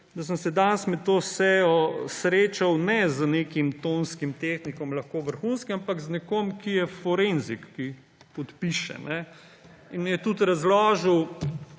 da sem se danes med to sejo srečal ne z nekim tonskim tehnikom, lahko vrhunskim, ampak z nekom, ki je forenzik, ki podpiše, in je tudi razložil,